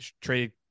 trade